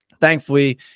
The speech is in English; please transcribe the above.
Thankfully